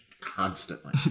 constantly